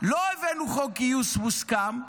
גיוס מוסכם,